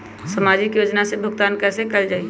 सामाजिक योजना से भुगतान कैसे कयल जाई?